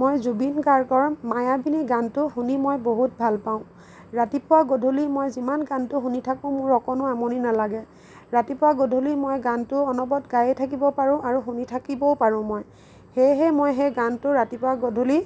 মই জুবিন গাৰ্গৰ মায়াবিনী গানটো শুনি মই বহুত ভাল পাওঁ ৰাতিপুৱা গধূলি মই যিমান গানটো শুনি থাকোঁ মোৰ অকণো আমনি নালাগে ৰাতিপুৱা গধূলি মই গানটো অনবৰত গায়েই থাকিব পাৰোঁ আৰু শুনি থাকিবও পাৰোঁ মই সেয়েহে মই সেই গানটো ৰাতিপুৱা গধূলি